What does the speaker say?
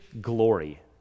glory